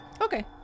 okay